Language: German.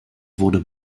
wurde